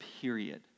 period